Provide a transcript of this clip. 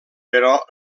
però